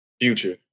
Future